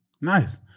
Nice